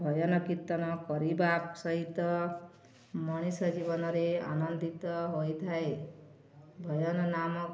ଭଜନ କୀର୍ତ୍ତନ କରିବା ସହିତ ମଣିଷ ଜୀବନରେ ଆନନ୍ଦିତ ହୋଇଥାଏ ଭଜନ ନାମ